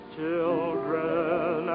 children